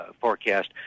forecast